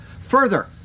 Further